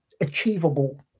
achievable